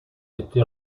été